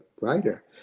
writer